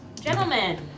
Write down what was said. Gentlemen